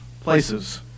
places